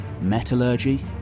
metallurgy